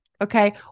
okay